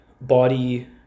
body